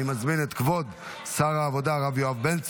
אני מזמין את כבוד שר העבודה, הרב יואב בן צור,